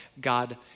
God